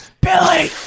Billy